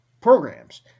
programs